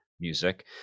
music